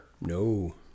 No